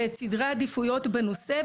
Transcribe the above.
ואת סדרי העדיפויות בנושא,